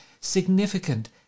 significant